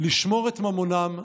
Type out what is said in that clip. לשמור את ממונם.